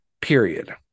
period